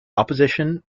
opposition